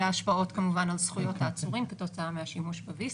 והשפעות כמובן על זכויות העצורים כתוצאה מהשימוש ב-VC.